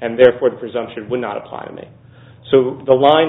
and therefore the presumption would not apply to me so the line